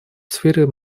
сфере